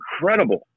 incredible